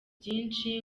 byinshi